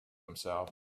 himself